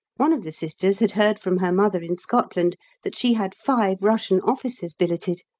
one of the sisters had heard from her mother in scotland that she had five russian officers billeted!